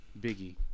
Biggie